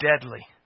deadly